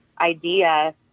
idea